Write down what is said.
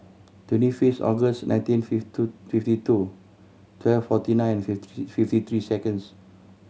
twenty fifth August nineteen fifty two twelve forty nine fifty fifty three seconds